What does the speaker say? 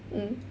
mm